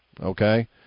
okay